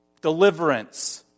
deliverance